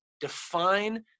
define